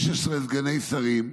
16 סגני שרים,